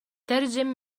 ترجم